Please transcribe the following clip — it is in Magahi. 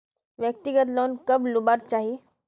व्यक्तिगत लोन कब लुबार चही?